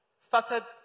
started